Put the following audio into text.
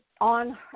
on